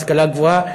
ההשכלה הגבוהה: